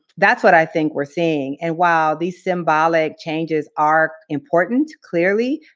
that's what i think we're seeing. and while these symbolic changes are important, clearly,